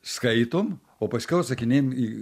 skaitom o paskiau atsakinėjam į